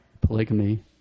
polygamy